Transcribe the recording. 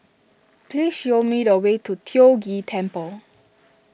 please show me the way to Tiong Ghee Temple